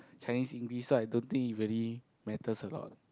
Chinese indie so I don't think it really matters a lot